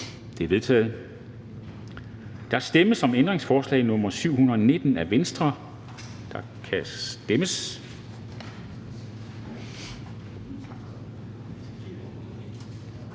De er vedtaget. Der stemmes om ændringsforslag nr. 719 af V, og der kan stemmes.